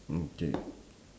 mm K